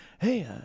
hey